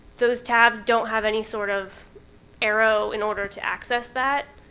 those tabs don't have any sort of arrow in order to access that.